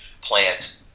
plant